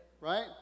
right